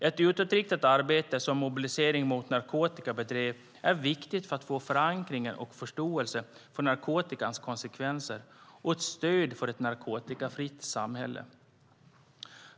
Ett utåtriktat arbete, som Mobilisering mot narkotika bedrev, är viktigt för att få förankring och förståelse för narkotikans konsekvenser och ett stöd för ett narkotikafritt samhälle.